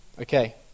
Okay